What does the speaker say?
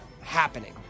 happening